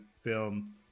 film